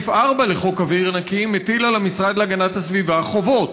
סעיף 4 לחוק אוויר נקי מטיל על המשרד להגנת הסביבה חובות,